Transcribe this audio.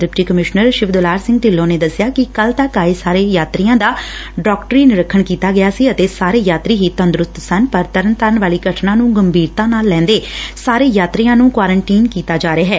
deputy commissioner Shivdular Singh Dhillon ਨੇ ਦੱਸਿਆ ਕਿ ਕੱਲੂ ਤੱਕ ਆਏ ਸਾਰੇ ਯਾਤਰੀਆਂ ਦਾ ਡਾਕਟਰੀ ਨਿਰੀਖਣ ਕੀਤਾ ਗਿਆ ਸੀ ਅਤੇ ਸਾਰੇ ਯਾਤਰੀ ਹੀ ਤੰਦਰੁਸਤ ਸਨ ਪਰ ਤਰਨਤਾਰਨ ਵਾਲੀ ਘਟਨਾ ਨੰ ਗੰਭੀਰਤਾ ਨਾਲ ਲੈਂਦੇ ਸਾਰੇ ਯਾਤਰੀਆਂ ਨੰ ਕੁਆਰੰਟਾਈਨ ਕੀਤਾ ਜਾ ਰਿਹੈ